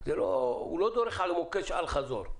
הוא לא דורך על מוקש אל חזור.